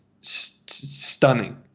stunning